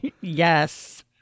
Yes